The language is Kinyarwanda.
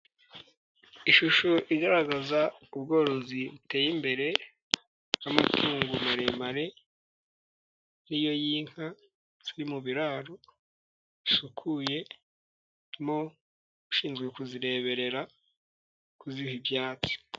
Ishusho igaragaza ubworozi buteye imbere, nk' amatungu maremare, ariyo y',inkari ziri mu biraro, bisukuye harimo ushinzwe kuzireberera, kuziha byatsi.